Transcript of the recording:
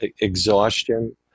exhaustion